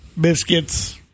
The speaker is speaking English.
Biscuits